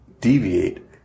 deviate